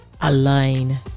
align